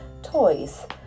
Toys